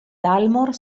dalmor